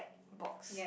box